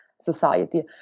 society